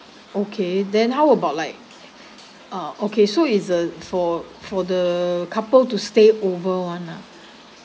okay then how about like ah okay so it's a for for the couple to stay over one lah